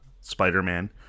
Spider-Man